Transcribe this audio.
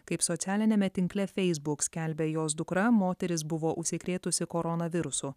kaip socialiniame tinkle facebook skelbia jos dukra moteris buvo užsikrėtusi koronavirusu